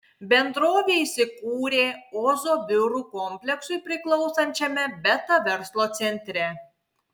bendrovė įsikūrė ozo biurų kompleksui priklausančiame beta verslo centre